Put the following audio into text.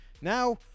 Now